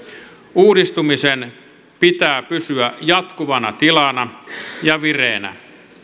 uudistumisen pitää pysyä jatkuvana tilana ja vireenä